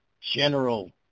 general